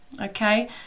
okay